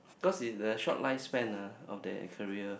cause it's a short lifespan ah of that career